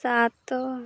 ସାତ